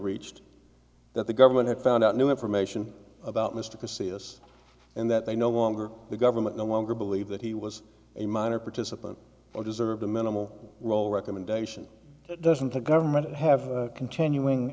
reached that the government had found out new information about mr christie this and that they no longer the government no longer believe that he was a minor participant or deserve a minimal role recommendation doesn't the government have continuing